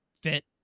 fit